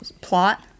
plot